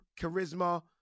charisma